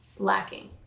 lacking